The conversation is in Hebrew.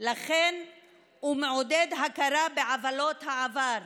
ומעודד הכרה בעוולות העבר.